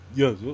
yes